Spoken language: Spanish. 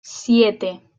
siete